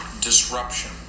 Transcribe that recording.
disruption